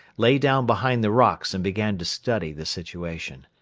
lay down behind the rocks and began to study the situation.